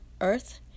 earth